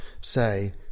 say